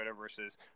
versus